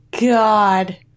God